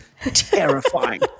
terrifying